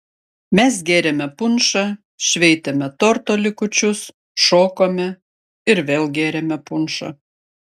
mes gėrėme punšą šveitėme torto likučius šokome ir vėl gėrėme punšą